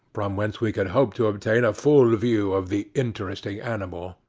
from whence we could hope to obtain a full view of the interesting animal.